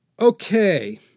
Okay